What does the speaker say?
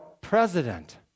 president